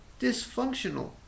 dysfunctional